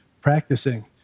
practicing